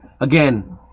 again